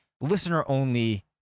listener-only